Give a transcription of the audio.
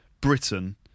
Britain